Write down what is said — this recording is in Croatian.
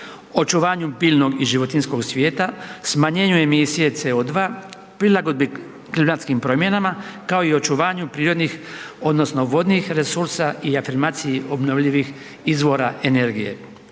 očuvanju biljnog i životinjskog svijeta, smanjenju emisije CO2, prilagodbi klimatskim promjenama, kao i očuvanju prirodnih odnosno vodnih resursa i afirmaciji obnovljivih izvora energije.